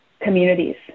communities